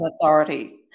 authority